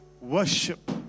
worship